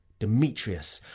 demetrius,